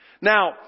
Now